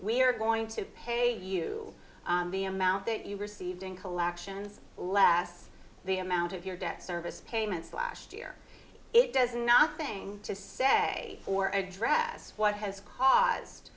we're going to pay you the amount that you received in collections less the amount of your debt service payments last year it does nothing to say or address what has caused